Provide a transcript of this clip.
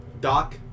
Doc